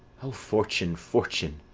o fortune, fortune!